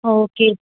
okay